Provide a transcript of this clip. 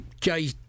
Jay